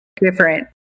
different